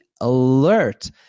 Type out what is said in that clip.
alert